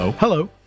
Hello